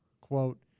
Quote